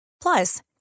Plus